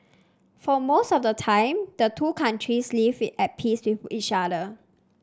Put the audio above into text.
for most of the time the two countries lived at peace with each other